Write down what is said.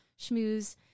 schmooze